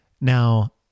Now